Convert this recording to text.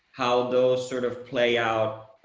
how those, sort of, play out,